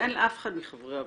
שאין לאף אחד מחברי הוועדה,